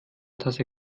tasse